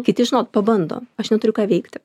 kiti žinot pabando aš neturiu ką veikti